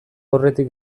aurretik